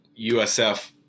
USF